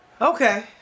Okay